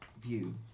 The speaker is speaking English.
view